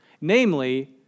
namely